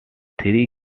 three